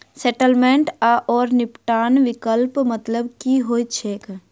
Settlement आओर निपटान विकल्पक मतलब की होइत छैक?